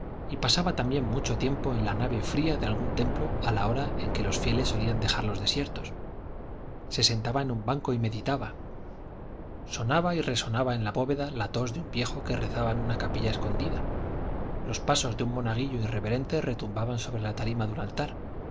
y pasaba también mucho tiempo en la nave fría de algún templo a la hora en que los fieles solían dejarlos desiertos se sentaba en un banco y meditaba sonaba y resonaba en la bóveda la tos de un viejo que rezaba en una capilla escondida los pasos de un monaguillo irreverente retumbaban sobre la tarima de un altar